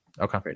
okay